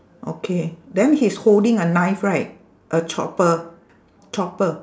okay then he's holding a knife right a chopper chopper